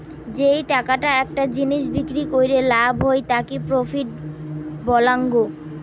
যেই টাকাটা একটা জিনিস বিক্রি কইরে লাভ হই তাকি প্রফিট বলাঙ্গ